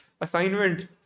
Assignment